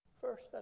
First